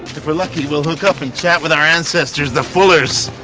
if we're lucky we'll hook up and chat with our ancestors, the fullers.